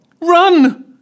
Run